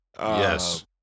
Yes